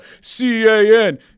C-A-N